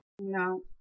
No